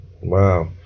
wow